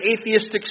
atheistic